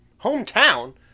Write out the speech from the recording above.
hometown